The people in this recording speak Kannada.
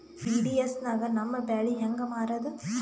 ಪಿ.ಡಿ.ಎಸ್ ನಾಗ ನಮ್ಮ ಬ್ಯಾಳಿ ಹೆಂಗ ಮಾರದ?